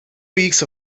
weeks